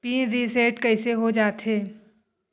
Pin reset कइसे हो जाथे?